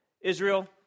Israel